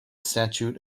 statute